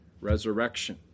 resurrection